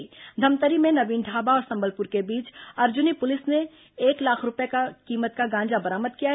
धमतरी में नवीन ढाबा और संबलपुर के बीच अर्जुनी पुलिस ने एक लाख रूपये कीमत का गांजा बरामद किया है